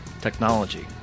technology